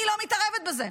אני לא מתערבת בזה,